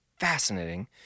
fascinating